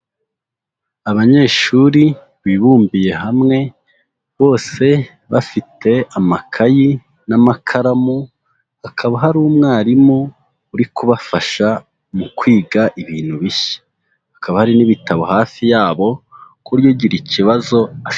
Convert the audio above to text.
Abanyeshuri bibumbiye hamwe, bose bafite amakayi n'amakaramu, bakaba hari umwarimu uri kubafasha mu kwiga ibintu bishya, hakaba hari n'ibitabo hafi yabo, kuburyo ugira ikibazo.